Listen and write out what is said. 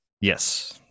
Yes